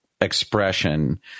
expression